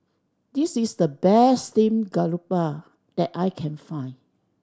this is the best steamed grouper that I can find